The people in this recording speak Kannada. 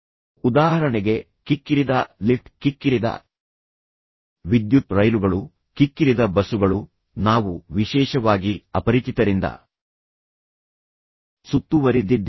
ಉದಾಹರಣೆಗೆ ಕಿಕ್ಕಿರಿದ ಲಿಫ್ಟ್ ಕಿಕ್ಕಿರಿದ ವಿದ್ಯುತ್ ರೈಲುಗಳು ಕಿಕ್ಕಿರಿದ ಬಸ್ಸುಗಳು ನಾವು ವಿಶೇಷವಾಗಿ ಅಪರಿಚಿತರಿಂದ ಸುತ್ತುವರಿದಿದ್ದೇವೆ